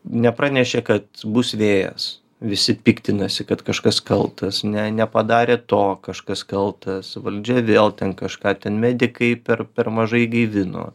nepranešė kad bus vėjas visi piktinasi kad kažkas kaltas ne nepadarė to kažkas kaltas valdžia vėl ten kažką ten medikai per per mažai gaivino